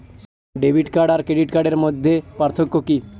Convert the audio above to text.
Debit card আর credit কার্ডের মধ্যে পার্থক্য কি?